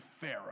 Pharaoh